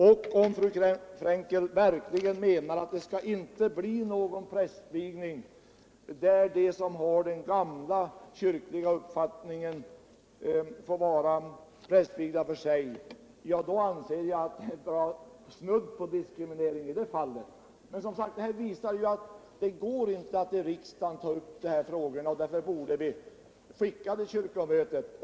Om fru Frenkel verkligen menar att det inte skall bli någon prästvigning där de som har den gamla kyrkliga uppfattningen får vigas för sig, då anser jag att der är snudd på diskriminering. Detta visar ju att det inte går att ta upp de här frågorna i riksdagen, och därför borde vi skicka frågan till kyrkomötet.